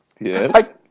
Yes